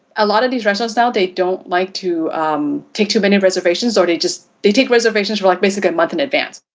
a lot of these restaurants now, they don't like to take too many reservations or they just they take reservations for like basically a month in advance.